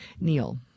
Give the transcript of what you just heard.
Neil